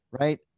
right